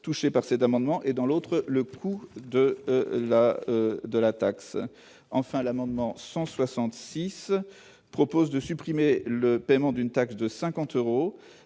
touchés par cet amendement et dans l'autre, le coût de la de la taxe, enfin, l'amendement 166 propose de supprimer le paiement d'une taxe de 50 euros